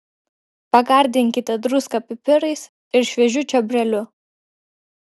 pagardinkite druska pipirais ir šviežiu čiobreliu